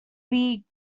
beak